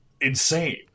insane